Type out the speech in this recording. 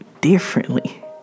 differently